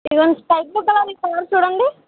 ఇదిగో అండి చూడండి